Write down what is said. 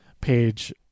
page